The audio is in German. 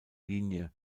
linie